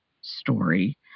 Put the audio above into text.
story